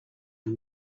are